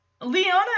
Leona